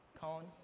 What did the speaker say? Colin